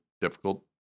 difficult